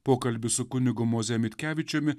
pokalbis su kunigu moze mitkevičiumi